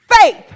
faith